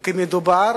כי מדובר